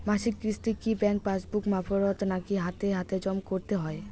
মাসিক কিস্তি কি ব্যাংক পাসবুক মারফত নাকি হাতে হাতেজম করতে হয়?